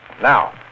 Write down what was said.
Now